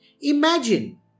Imagine